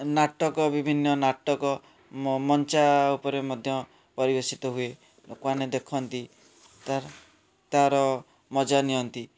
ନାଟକ ବିଭିନ୍ନ ନାଟକ ମଞ୍ଚା ଉପରେ ମଧ୍ୟ ପରିବେଶିତ ହୁଏ ଲୋକମାନେ ଦେଖନ୍ତି ତା'ର ତା'ର ମଜା ନିଅନ୍ତି